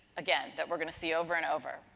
again, that we're going to see over and over.